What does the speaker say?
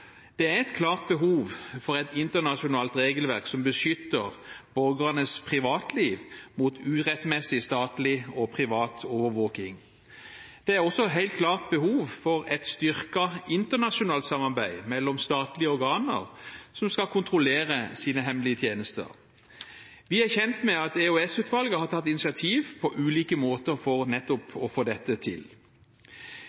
Det er et klart behov for et internasjonalt regelverk som beskytter borgernes privatliv mot urettmessig statlig og privat overvåking. Det er også helt klart behov for et styrket internasjonalt samarbeid mellom statlige organer som skal kontrollere sine hemmelige tjenester. Vi er kjent med at EOS-utvalget har tatt initiativ på ulike måter for nettopp å få dette til.